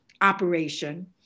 operation